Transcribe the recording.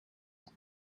het